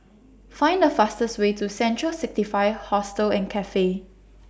Find The fastest Way to Central sixty five Hostel and Cafe